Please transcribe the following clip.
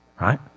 right